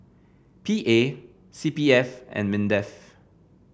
P A C P F and Mindef